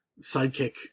sidekick